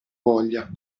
voglia